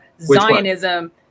Zionism